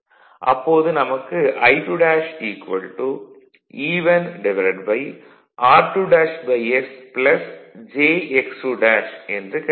அப்போது நமக்கு I2 E1 r2's jx2' என்று கிடைக்கும்